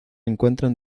encuentran